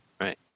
Right